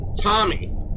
tommy